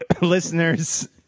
listeners